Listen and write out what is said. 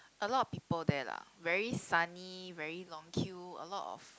a lot of people there lah very sunny very long queue a lot of